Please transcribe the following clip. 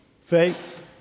faith